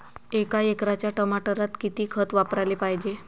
एका एकराच्या टमाटरात किती खत वापराले पायजे?